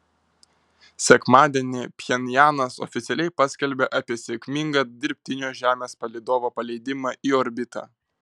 sekmadienį pchenjanas oficialiai paskelbė apie sėkmingą dirbtinio žemės palydovo paleidimą į orbitą